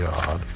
God